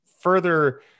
further